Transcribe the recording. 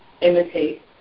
imitate